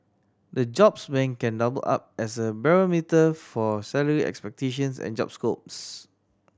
the jobs bank can double up as a barometer for salary expectations and job scopes